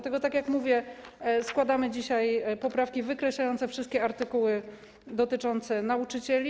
Tak jak mówię, składamy dzisiaj poprawki wykreślające wszystkie artykuły dotyczące nauczycieli.